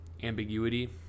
Ambiguity